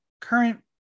current